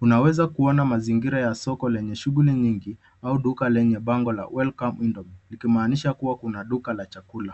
,unaweza kuona mazingira ya soko lenye shughuli nyingi au duka lenye bango la welcome likimaanisha kuwa kuna duka la chakula.